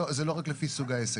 לא, זה לא רק לפי סוג העסק.